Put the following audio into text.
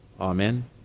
amen